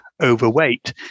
overweight